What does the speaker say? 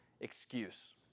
excuse